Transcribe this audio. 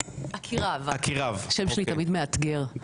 עקירב, השם שלי תמיד מאתגר.